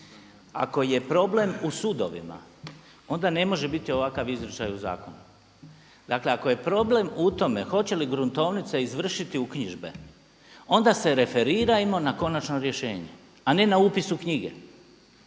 Ako je problem u sudovima onda ne može biti ovakav izričaj u zakonu. Dakle, ako je problem u tome hoće li gruntovnica izvršiti uknjižbe onda se referirajmo na konačno rješenje a ne na upis u knjige